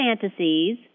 fantasies